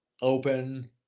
open